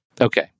Okay